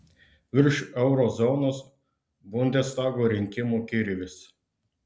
virš euro zonos bundestago rinkimų kirvis